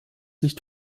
nicht